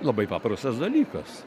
labai paprastas dalykas